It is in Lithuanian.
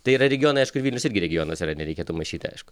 tai yra regionai aišku vilnius irgi regionas yra nereikėtų maišyti aišku